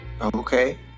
Okay